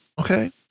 Okay